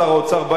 שר האוצר לשעבר,